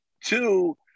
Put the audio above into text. Two